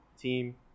team